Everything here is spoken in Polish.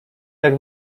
tak